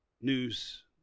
news